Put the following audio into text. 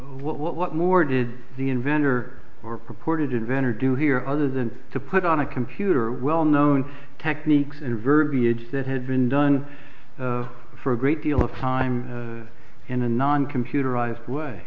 thing what more did the inventor or purported inventor do here other than to put on a computer well known techniques in verbiage that had been done for a great deal of time in a non computerized way